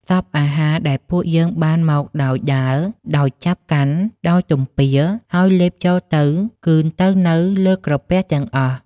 សព្វអាហារ ដែលពួកយើងបានមកដោយដើរដោយចាប់កាន់ ដោយទំពា ហើយលេបចូលទៅ គឺទៅនៅលើក្រពះទាំងអស់។